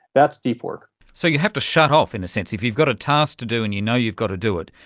that's deep work. so you have to shut off, in a sense. if you've got a task to do and you know you've got to do it,